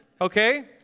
okay